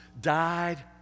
died